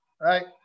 right